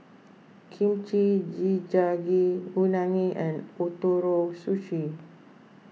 Kimchi Jjigae Unagi and Ootoro Sushi